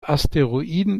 asteroiden